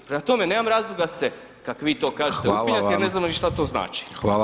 Prema tome, nemam razloga se, kak vi to kažete upinjati [[Upadica: Hvala vam]] jer ne znamo ni šta to znači.